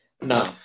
No